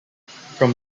from